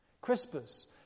Crispus